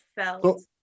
felt